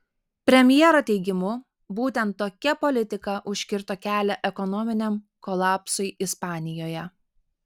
premjero teigimu būtent tokia politika užkirto kelią ekonominiam kolapsui ispanijoje